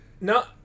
No